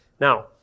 Now